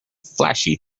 flashy